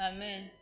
Amen